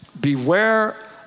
Beware